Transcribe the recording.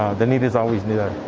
the need is always knew that.